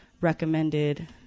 recommended